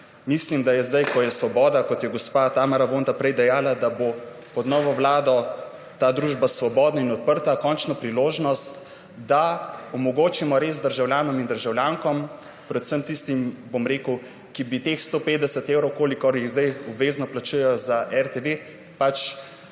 Mislim, da je zdaj, ko je svoboda, kot je gospa Tamara Vonta prej dejala, da bo pod novo vlado ta družba svobodna in odprta, končno priložnost, da res omogočimo državljanom in državljankam, predvsem tistim, ki bi teh 150 evrov, kolikor jih zdaj obvezno plačujejo za RTV, da